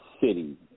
city